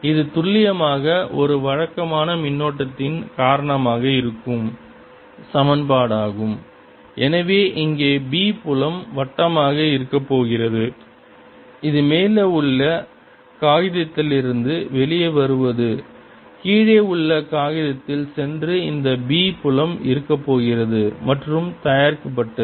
இது துல்லியமாக ஒரு வழக்கமான மின்னோட்டத்தின் காரணமாக இருக்கும் சமன்பாடாகும் எனவே இங்கே B புலம் வட்டமாக இருக்கப் போகிறது இது மேலே உள்ள காகிதத்திலிருந்து வெளியே வருவது கீழே உள்ள காகிதத்தில் சென்று இந்த B புலம் இருக்கப் போகிறது மற்றும் தயாரிக்கப்பட்டது